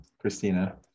Christina